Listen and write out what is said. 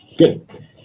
Good